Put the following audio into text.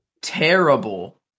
Terrible